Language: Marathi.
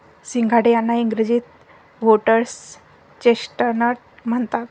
सिंघाडे यांना इंग्रजीत व्होटर्स चेस्टनट म्हणतात